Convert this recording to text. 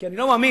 כי אני לא מאמין